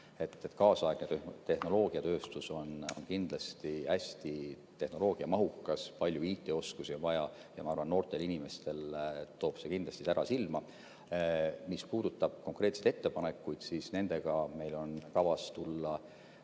Kaasaegne tehnoloogiatööstus on kindlasti hästi tehnoloogiamahukas, on vaja palju IT-oskusi ja ma arvan, et noortel inimestel toob see kindlasti sära silma. Mis puudutab konkreetseid ettepanekuid, siis nendega meil on kavas tulla